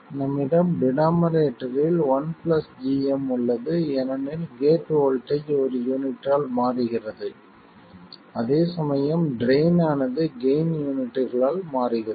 நம்மிடம் டினோமரேட்டரில் 1 உள்ளது ஏனெனில் கேட் வோல்ட்டேஜ் ஒரு யூனிட்டால் மாறுகிறது அதேசமயம் ட்ரைன் ஆனது கெய்ன் யூனிட்களால் மாறுகிறது